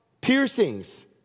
piercings